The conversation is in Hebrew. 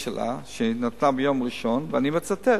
מיום ראשון, ואני מצטט: